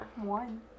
one